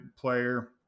player